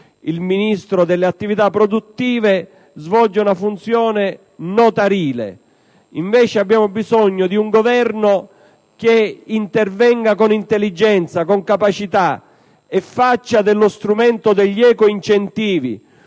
il Ministro delle attività produttive - svolgano una funzione notarile. Invece, abbiamo bisogno di un Governo che intervenga con intelligenza e con capacità e che faccia degli ecoincentivi